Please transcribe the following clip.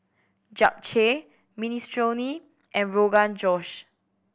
Japchae Minestrone and Rogan Josh